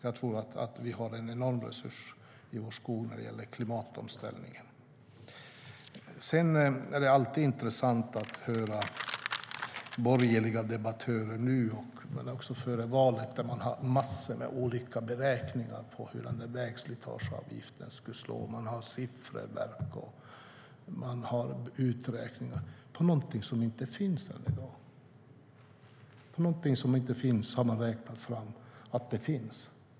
Jag tror att vi har en enorm resurs i vår skog när det gäller klimatomställningen. Det är alltid intressant att höra borgerliga debattörer nu men också före valet. De har massor med olika beräkningar på hur vägslitageavgiften skulle slå. De har sifferverk och uträkningar på någonting som ännu i dag inte finns. På någonting som inte finns har man räknat fram att det finns.